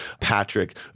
Patrick